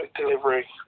delivery